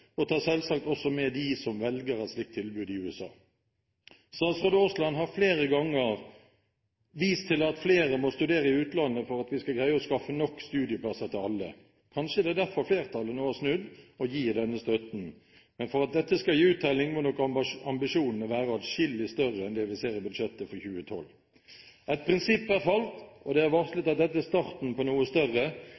og tar selvsagt også med dem som velger et slikt tilbud i USA. Statsråd Aasland har flere ganger vist til at flere må studere i utlandet for at vi skal greie å skaffe nok studieplasser til alle. Kanskje er det derfor flertallet nå har snudd – og gir denne støtten. Men for at dette skal gi uttelling, må nok ambisjonene være adskillig større enn det vi ser i budsjettet for 2012. Et prinsipp er falt, og det er varslet